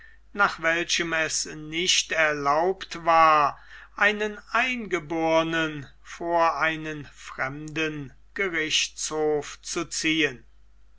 nach welchem es nicht erlaubt war einen eingebornen vor einen fremden gerichtshof zu ziehen